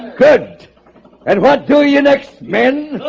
good and what do you next men?